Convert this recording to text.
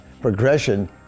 progression